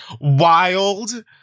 wild